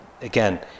again